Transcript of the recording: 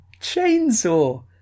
Chainsaw